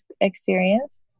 experience